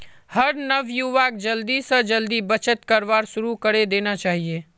हर नवयुवाक जल्दी स जल्दी बचत करवार शुरू करे देना चाहिए